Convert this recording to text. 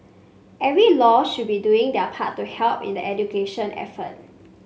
every law should be doing their part to help in the education effort